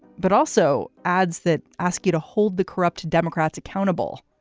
but also ads that ask you to hold the corrupt democrats accountable.